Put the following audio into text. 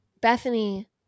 bethany